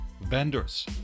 vendors